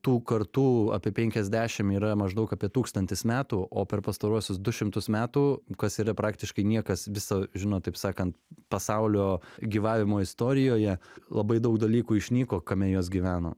tų kartų apie penkiasdešim yra maždaug apie tūkstantis metų o per pastaruosius du šimtus metų kas yra praktiškai niekas viso žinot taip sakan pasaulio gyvavimo istorijoje labai daug dalykų išnyko kame jos gyveno